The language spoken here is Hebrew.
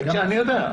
אני יודע.